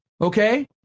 okay